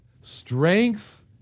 Strength